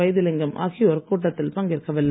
வைத்திலிங்கம் ஆகியோர் கூட்டத்தில் பங்கேற்கவில்லை